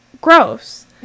gross